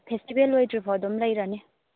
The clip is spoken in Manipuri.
ꯐꯦꯁꯇꯤꯚꯦꯜ ꯂꯣꯏꯗ꯭ꯔꯤꯐꯥꯎ ꯑꯗꯨꯝ ꯂꯩꯔꯅꯤ